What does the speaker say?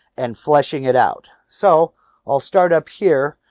and fleshing it out. so i'll start up here.